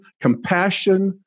compassion